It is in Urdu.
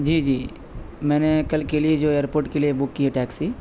جی جی میں نے کل کے لیے جو ایئرپورٹ کے لیے بک کی ہے ٹیکسی